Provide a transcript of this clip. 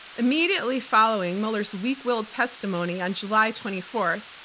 immediately following mueller's weak-willed testimony on july twenty fourth,